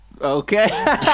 okay